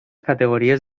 categories